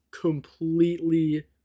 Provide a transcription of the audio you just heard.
completely